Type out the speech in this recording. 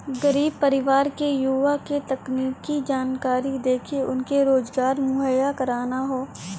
गरीब परिवार के युवा के तकनीकी जानकरी देके उनके रोजगार मुहैया कराना हौ